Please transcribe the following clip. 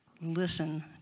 listen